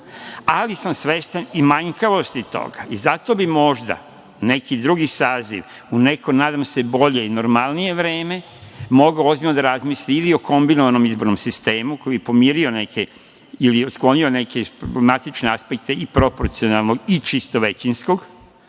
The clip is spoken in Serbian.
ali sam svestan i manjkavosti toga. Zato bi možda neki drugi saziv, u neko, nadam se, bolje i normalnije vreme, mogao ozbiljno da razmisli ili o kombinovanom izbornom sistemu, koji je pomirio neke ili otklonio neke problematične aspekte i proporcionalnog i čisto većinskog,